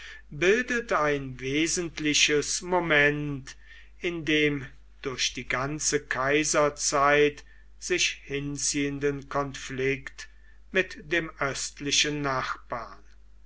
bildet ein wesentliches moment in dem durch die ganze kaiserzeit sich hinziehenden konflikt mit dem östlichen nachbarn